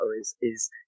is—is